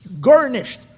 Garnished